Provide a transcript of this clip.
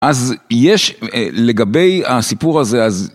אז יש לגבי הסיפור הזה, אז...